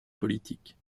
politique